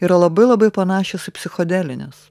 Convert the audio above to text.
yra labai labai panašios į psichodelines